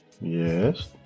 Yes